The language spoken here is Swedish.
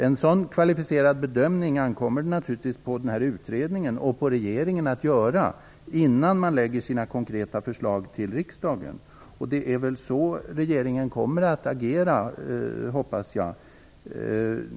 En sådan kvalificerad bedömning ankommer det naturligtvis på den här utredningen och på regeringen att göra innan man lägger fram sina konkreta förslag för riksdagen. Det är väl så regeringen kommer att agera, hoppas jag.